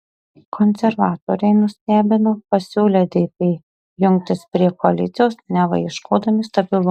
konservatoriai nustebino pasiūlę dp jungtis prie koalicijos neva ieškodami stabilumo